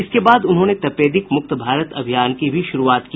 इसके बाद उन्होंने तपेदिक मुक्त भारत अभियान की भी शुरुआत की